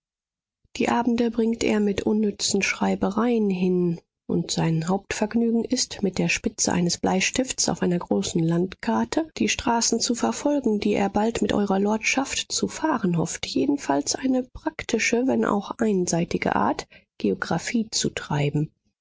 die abende bringt er mit unnützen schreibereien hin und sein hauptvergnügen ist mit der spitze eines bleistifts auf einer großen landkarte die straßen zu verfolgen die er bald mit eurer lordschaft zu fahren hofft jedenfalls eine praktische wenn auch einseitige art geographie zu treiben